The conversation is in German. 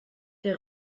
der